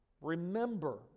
Remember